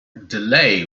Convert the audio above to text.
delay